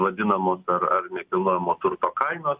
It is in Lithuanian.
vadinamos ar ar nekilnojamo turto kainos